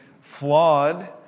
flawed